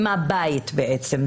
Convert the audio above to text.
עם הבית בעצם.